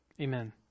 Amen